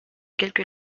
quelques